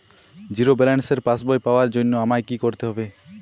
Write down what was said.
Zero ব্যালেন্সের পাসবই পাওয়ার জন্য আমায় কী করতে হবে?